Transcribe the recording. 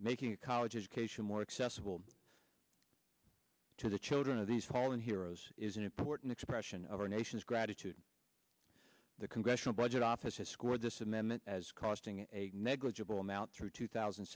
making a college education more accessible to the children of these fallen heroes is an important expression of our nation's gratitude the congressional budget office has scored this amendment as costing a negligible amount through two thousand